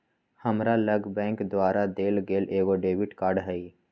हमरा लग बैंक द्वारा देल गेल एगो डेबिट कार्ड हइ